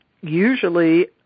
usually